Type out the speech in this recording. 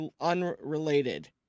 unrelated